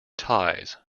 ties